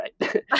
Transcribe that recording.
right